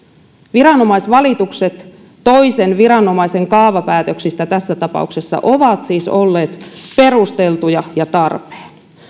viranomaisvalitukset toisen viranomaisen kaavapäätöksistä tässä tapauksessa ovat siis olleet perusteltuja ja tarpeen